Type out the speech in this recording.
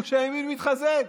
גוש הימין מתחזק.